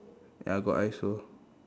ya got I also